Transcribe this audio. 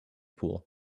pool